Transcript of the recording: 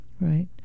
Right